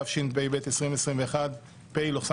התשפ"ב 2021 (פ/2245/24),